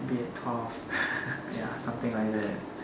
be a twelve ya something like that